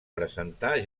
presentar